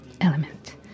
element